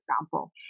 example